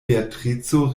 beatrico